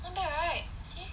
not bad right see